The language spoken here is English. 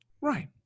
Right